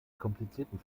komplizierten